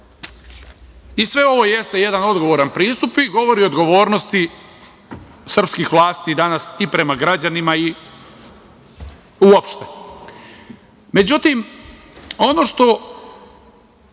ovo jeste jedan odgovoran pristup i govori o odgovornosti srpskih vlasti danas i prema građanima i uopšte.Međutim, ono što